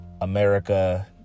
America